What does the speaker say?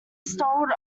sold